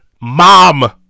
Mom